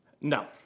no